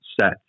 set